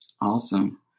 Awesome